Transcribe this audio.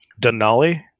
denali